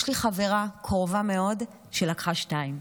יש לי חברה קרובה מאוד שלקחה שתיים,